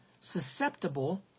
susceptible